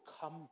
come